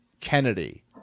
Kennedy